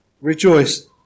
rejoice